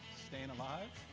staying alive